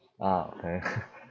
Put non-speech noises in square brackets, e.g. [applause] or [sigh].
ah okay [laughs]